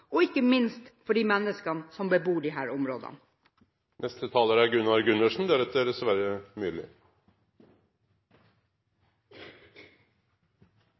og ikke minst for de menneskene som bebor disse områdene. Jeg er grenseboer selv, og det er